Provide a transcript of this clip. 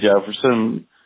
Jefferson